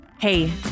Hey